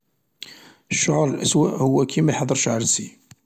الشعور الأسوأ هو كي ميحضرش عرسي.